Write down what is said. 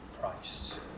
Christ